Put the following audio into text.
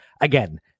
Again